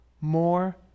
more